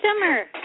Summer